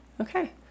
Okay